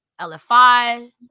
LFI